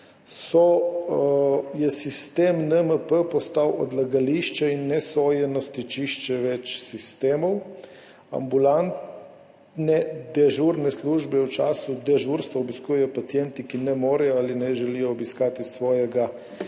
je sistem NMP postal odlagališče in nesojeno stičišče več sistemov. Ambulantne dežurne službe v času dežurstva obiskujejo pacienti, ki ne morejo ali ne želijo obiskati svojega izbranega